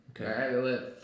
Okay